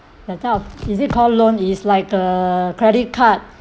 the type of is it called loan it's like a credit card